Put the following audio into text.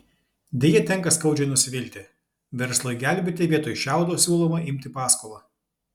deja tenka skaudžiai nusivilti verslui gelbėti vietoj šiaudo siūloma imti paskolą